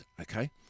okay